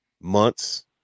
Months